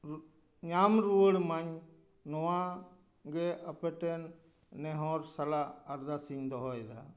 ᱧᱟᱢ ᱨᱩᱣᱟᱹᱲᱢᱟᱹᱧ ᱱᱚᱣᱟ ᱜᱮ ᱟᱯᱮᱴᱷᱮᱱ ᱱᱮᱦᱚᱨ ᱥᱟᱞᱟᱜ ᱟᱨᱫᱟᱥᱤᱧ ᱫᱚᱦᱚᱭᱮᱫᱟ